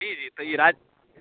जी जी तऽ राज